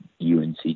UNC